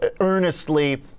earnestly